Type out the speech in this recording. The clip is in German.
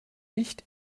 nicht